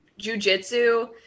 jujitsu